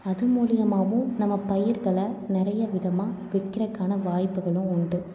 அது மூலியமாகவும் நம்ம பயிர்களை நிறைய விதமாக விற்கிறதுக்கான வாய்ப்புகளும் உண்டு